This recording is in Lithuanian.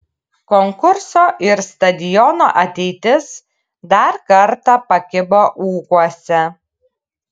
konkurso ir stadiono ateitis dar kartą pakibo ūkuose